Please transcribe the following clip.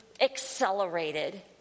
accelerated